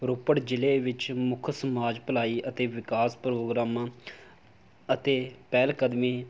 ਰੋਪੜ ਜ਼ਿਲ੍ਹੇ ਵਿੱਚ ਮੁੱਖ ਸਮਾਜ ਭਲਾਈ ਅਤੇ ਵਿਕਾਸ ਪ੍ਰੋਗਰਾਮਾਂ ਅਤੇ ਪਹਿਲਕਦਮੀ